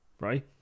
right